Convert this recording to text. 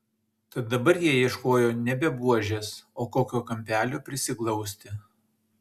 tad dabar jie ieškojo nebe buožės o kokio kampelio prisiglausti